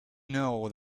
know